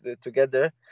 together